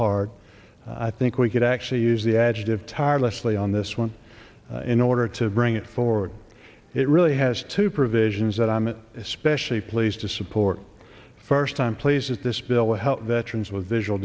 hard i think we could actually use the adjective tirelessly on this one in order to bring it forward it really has two provisions that i'm especially pleased to support first time place is this bill will help veterans with visual